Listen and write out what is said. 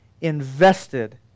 invested